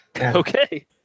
Okay